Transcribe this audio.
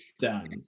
done